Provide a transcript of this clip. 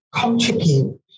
contribute